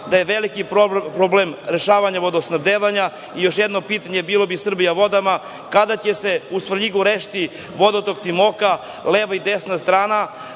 da je veliki problem rešavanja vodosnabdevanja, i još jedno pitanje bilo bi „Srbijavodama“ – kada će se u Svrljigu rešiti vodotok Timoka, leva i desna strana,